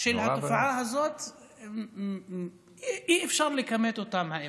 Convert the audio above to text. של התופעה הזאת, האמת שאי-אפשר לכמת אותן.